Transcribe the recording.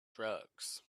drugs